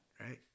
right